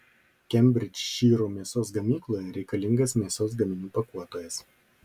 kembridžšyro mėsos gamykloje reikalingas mėsos gaminių pakuotojas